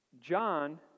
John